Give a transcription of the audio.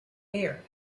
air